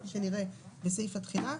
כפי שנראה סעיף התחילה,